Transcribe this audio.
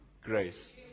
grace